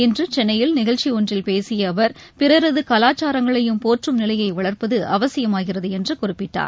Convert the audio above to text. இன்று சென்னையில் நிகழ்ச்சி ஒன்றில் பேசிய அவர் பிறரது கலாச்சாரங்களையும் போற்றும் நிலையை வளர்ப்பது அவசியமாகிறது என்று குறிப்பிட்டார்